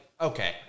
okay